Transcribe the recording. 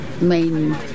main